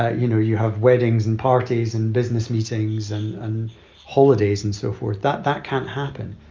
ah you know, you have weddings and parties and business meetings and and holidays and so forth. that that can't happen.